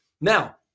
Now